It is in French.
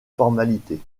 formalité